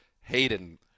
Hayden